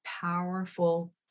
powerful